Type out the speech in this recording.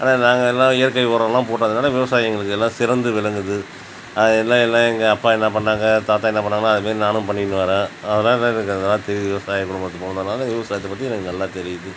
ஆனால் நாங்கெல்லாம் இயற்கை உரமெலாம் போட்டதுனால் விவசாயம் எங்களுக்கு எல்லாம் சிறந்து விளங்குது அது எல்லாம் எல்லாம் எங்கள் அப்பா என்ன பண்ணாங்க தாத்தா என்ன பண்ணாங்கனா அதேமாதிரி நானும் பண்ணினுவரேன் அதனால் எனக்கு அதெல்லாம் தெரியுது விவசாய குடும்பத்தில் பிறந்ததுனால விவசாயத்தைப் பற்றி எனக்கு நல்லா தெரியுது